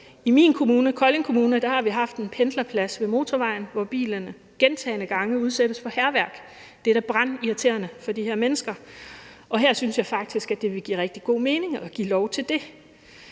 I min kommune, Kolding Kommune, har vi haft en pendlerplads ved motorvejen, hvor bilerne gentagne gange er blevet udsat for hærværk. Det er da brandirriterende for de her mennesker, og her synes jeg faktisk, at det vil give en rigtig god mening at give lov til det.